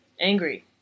angry